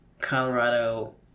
Colorado